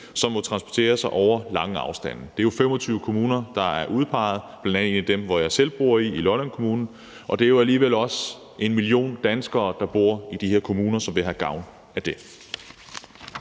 som må transportere sig over lange afstande. Det er 25 kommuner, der er udpeget, bl.a. en af dem, jeg selv bor i, nemlig Lolland Kommune, og det er jo alligevel også en million danskere, der bor i de her kommuner, som vil have gavn af det.